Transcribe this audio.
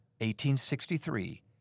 1863